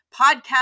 podcast